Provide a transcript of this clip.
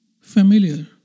familiar